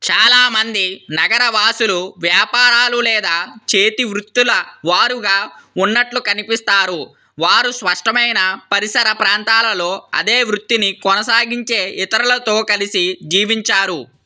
చాలా మంది నగరవాసులు వ్యాపారాలు లేదా చేతివృత్తులవారుగా ఉన్నట్లు కనిపిస్తారు వారు స్పష్టమైన పరిసర ప్రాంతాలలో అదే వృత్తిని కొనసాగించే ఇతరులతో కలిసి జీవించారు